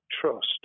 trust